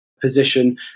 position